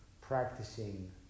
practicing